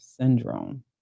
syndrome